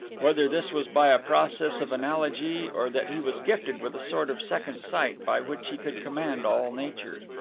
whether this was by a process of analogy or that he was gifted with a sort of second sight by which he could command all nature.